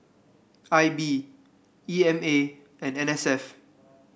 I B E M A and N S F